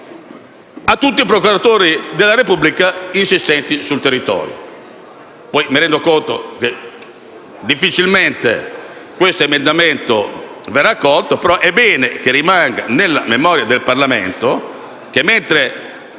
a tutti i procuratori della Repubblica insistenti sul territorio. Mi rendo conto che difficilmente questo emendamento verrò accolto, ma è bene che rimanga nella memoria del Parlamento che, mentre